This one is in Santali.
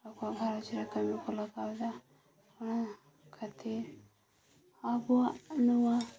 ᱟᱠᱚᱣᱟᱜ ᱜᱷᱟᱨᱚᱸᱡᱽ ᱨᱮ ᱠᱟᱹᱢᱤ ᱠᱚ ᱞᱟᱜᱟᱣᱮᱫᱟ ᱚᱱᱟ ᱠᱷᱟᱹᱛᱤᱨ ᱟᱵᱚᱣᱟᱜ ᱱᱚᱣᱟ